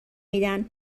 میدن